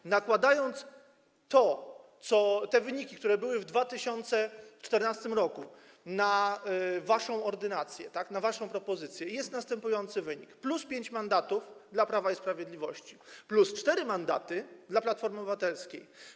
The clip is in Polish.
Po nałożeniu wyników, które były w 2014 r., na waszą ordynację, na waszą propozycję jest następujący wynik: plus 5 mandatów dla Prawa i Sprawiedliwości, plus 4 mandaty dla Platformy Obywatelskiej.